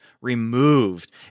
removed